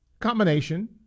Combination